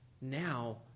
Now